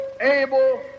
able